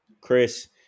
Chris